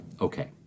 okay